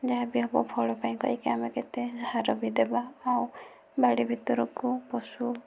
ଯାହାବି ହେବ ଫଳ ପାଇଁ କରିକି ଆମେ କେତେ ସାର ବି ଦେବା ଆଉ ବାଡ଼ି ଭିତରକୁ ପଶୁ